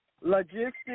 logistics